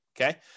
okay